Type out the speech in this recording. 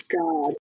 God